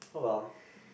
oh well